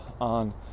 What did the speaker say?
on